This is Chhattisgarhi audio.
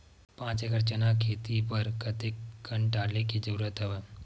पांच एकड़ चना के खेती बर कते कन डाले के जरूरत हवय?